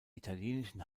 italienischen